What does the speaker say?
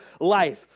life